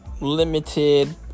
limited